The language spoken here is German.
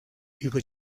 über